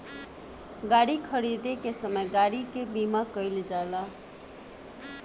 गाड़ी खरीदे के समय गाड़ी के बीमा कईल जाला